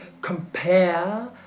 compare